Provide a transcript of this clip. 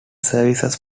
services